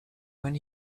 when